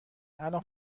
الان